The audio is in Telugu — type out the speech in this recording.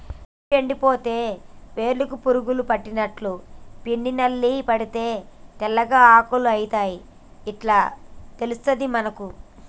చెట్టు ఎండిపోతే వేర్లకు పురుగు పట్టినట్టు, పిండి నల్లి పడితే తెల్లగా ఆకులు అయితయ్ ఇట్లా తెలుస్తది మనకు